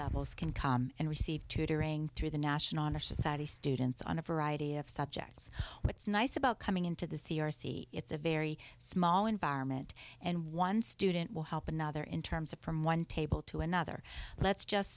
levels can com and receive tutoring through the national honor society students on a variety of subjects what's nice about coming into the c r c it's a very small environment and one student will help another in terms of from one table to another let's just